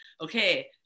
okay